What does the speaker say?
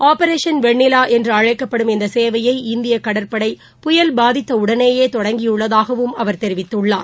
operation Vennila என்று அழைக்கப்படும் இந்த சேவையை இந்திய கடற்படை புயல் பாதித்த உடனேயே தொடங்கியுள்ளதாகவும் அவர் தெரிவித்துள்ளார்